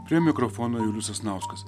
prie mikrofono julius sasnauskas